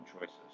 choices